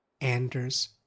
Anders